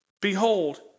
Behold